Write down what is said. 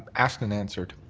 asked and answered.